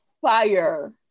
fire